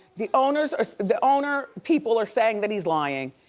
the owners or the owner, people are saying that he's lying.